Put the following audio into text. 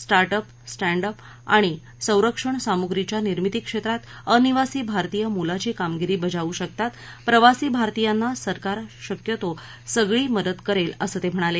startup standup आणि संरक्षण सामुग्रीच्या निर्मिती क्षेत्रात अनिवासी भारतीय मोलाची कामगिरी बजावू शकतात प्रवासी भारतीयांना सरकार शक्यती सगळी मदत करेल असं ते म्हणाले